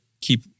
keep